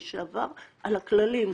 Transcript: מי שעבר על הכללים,